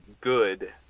good